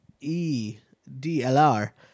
E-D-L-R